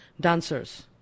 dancers